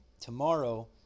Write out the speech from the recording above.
tomorrow